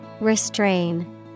Restrain